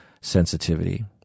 sensitivity